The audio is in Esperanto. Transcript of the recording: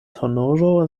honoro